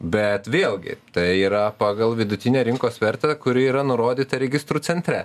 bet vėlgi tai yra pagal vidutinę rinkos vertę kuri yra nurodyta registrų centre